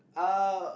uh